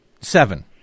seven